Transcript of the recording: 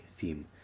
theme